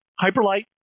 Hyperlight